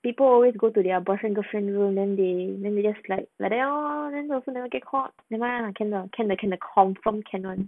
people always go to their boyfriend girlfriend room then they then they just like like that lor girlfriend never get caught no lah can 的 can 的 can 的 confirm can [one]